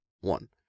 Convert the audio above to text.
one